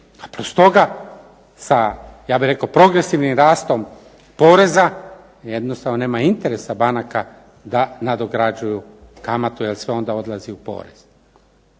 Pa stoga sa ja bih rekao progresivnim rastom poreza jednostavno nema interesa banaka da nadograđuju kamatu, jer sve onda odlazi u porez.